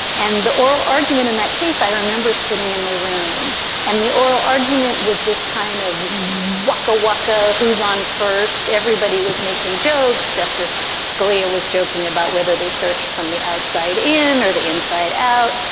and the oral argument in that case, i remember sitting in the room and the oral argument was this kind of wacko wacko who's on first everybody was making jokes. justice scalia was joking about whether they searched from the outside in or the inside out.